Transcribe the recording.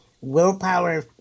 willpower